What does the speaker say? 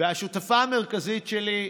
והשותפה המרכזית שלי,